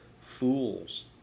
Fools